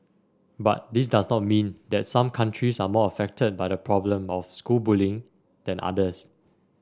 but this does not mean that some countries are more affected by the problem of school bullying than others